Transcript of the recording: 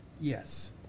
Yes